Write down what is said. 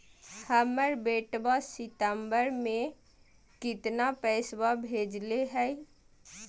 हमर बेटवा सितंबरा में कितना पैसवा भेजले हई?